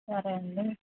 సరే అండి